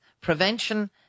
prevention